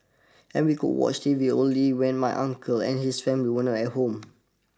and we could watch T V only when my uncle and his family were not at home